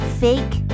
fake